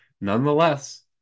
nonetheless